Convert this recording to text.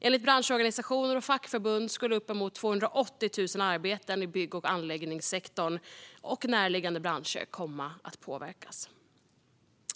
Enligt branschorganisationer och fackförbund skulle uppemot 280 000 arbeten i bygg och anläggningssektorn samt närliggande branscher komma att påverkas.